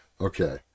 Okay